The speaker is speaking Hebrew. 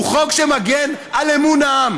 הוא חוק שמגן על אמון העם.